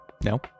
No